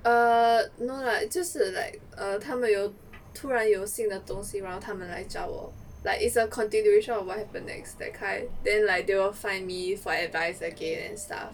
err no lah 就是 like err 他们有突然有新的东西然后他们来找我 like it's a continuation of what happened next that kind then like they will find me for advice again and stuff